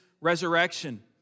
resurrection